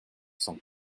cent